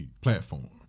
platform